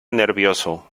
nervioso